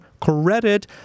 credit